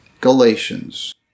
Galatians